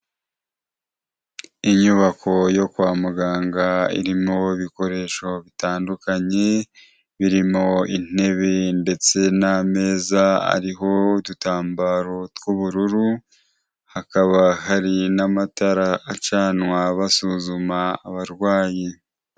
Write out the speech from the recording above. Inyubako yo kwa muganga irimo ibikoresho bitandukanye, birimo intebe ndetse n'ameza ariho udutambaro tw'ubururu, hakaba hari n'amatara acanwa basuzuma abarwayi.